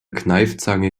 kneifzange